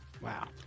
Wow